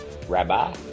Rabbi